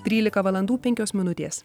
trylika valandų penkios minutės